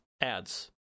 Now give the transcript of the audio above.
ads